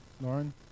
Lauren